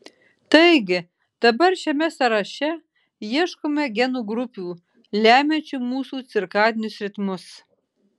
taigi dabar šiame sąraše ieškome genų grupių lemiančių mūsų cirkadinius ritmus